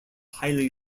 highly